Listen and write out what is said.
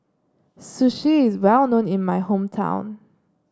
Sushi is well known in my hometown